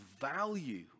value